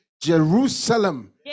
jerusalem